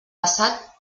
passat